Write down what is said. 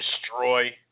destroy